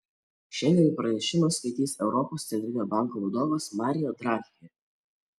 šiandien pranešimą skaitys europos centrinio banko vadovas mario draghi